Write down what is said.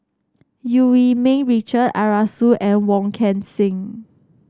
Eu Yee Ming Richard Arasu and Wong Kan Seng